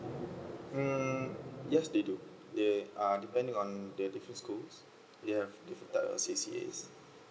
um yes they do they are depending on their different schools they have different type of